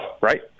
right